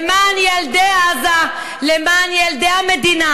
מירי רגב